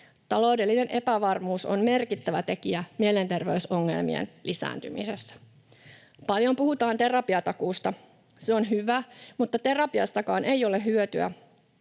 Taloudellinen epävarmuus on merkittävä tekijä mielenterveysongelmien lisääntymisessä. Paljon puhutaan terapiatakuusta. Se on hyvä, mutta terapiastakaan ei ole hyötyä,